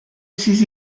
ses